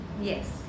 Yes